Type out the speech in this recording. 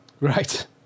Right